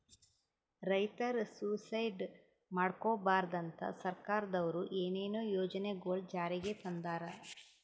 ರೈತರ್ ಸುಯಿಸೈಡ್ ಮಾಡ್ಕೋಬಾರ್ದ್ ಅಂತಾ ಸರ್ಕಾರದವ್ರು ಏನೇನೋ ಯೋಜನೆಗೊಳ್ ಜಾರಿಗೆ ತಂದಾರ್